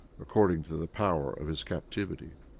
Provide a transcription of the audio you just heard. according to the power of his captivity.